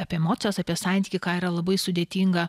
apie emocijas apie santykį ką yra labai sudėtinga